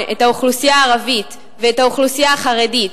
את האוכלוסייה הערבית ואת האוכלוסייה החרדית,